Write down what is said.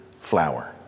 flower